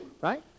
right